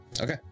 okay